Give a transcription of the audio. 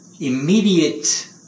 immediate